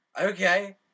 Okay